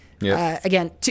Again